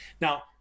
Now